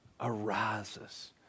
arises